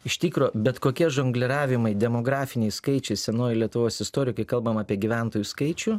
iš tikro bet kokie žongliravimai demografiniai skaičiai senoji lietuvos istorikai kalbame apie gyventojų skaičių